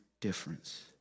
difference